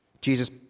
Jesus